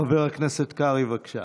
חבר הכנסת קרעי, בבקשה.